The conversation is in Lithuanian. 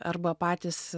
arba patys